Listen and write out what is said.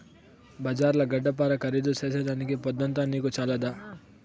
బజార్ల గడ్డపార ఖరీదు చేసేదానికి పొద్దంతా నీకు చాలదా